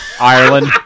ireland